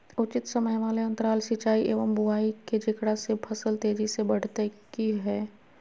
उचित समय वाले अंतराल सिंचाई एवं बुआई के जेकरा से फसल तेजी से बढ़तै कि हेय?